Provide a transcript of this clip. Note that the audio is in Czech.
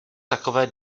takové